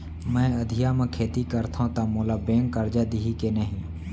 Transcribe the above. मैं अधिया म खेती करथंव त मोला बैंक करजा दिही के नही?